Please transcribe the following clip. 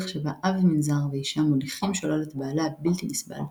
שבה אב מנזר ואישה מוליכים שולל את בעלה הבלתי נסבל,